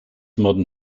modern